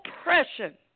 oppression